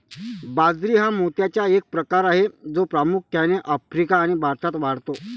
बाजरी हा मोत्याचा एक प्रकार आहे जो प्रामुख्याने आफ्रिका आणि भारतात वाढतो